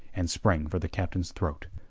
and sprang for the captain's throat.